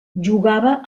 jugava